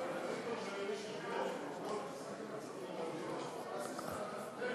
יש לך עשר